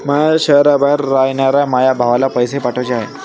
माया शैहराबाहेर रायनाऱ्या माया भावाला पैसे पाठवाचे हाय